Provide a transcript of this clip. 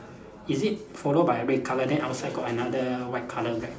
is it follow by red colour then outside got another white colour rag